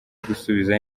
gusubiza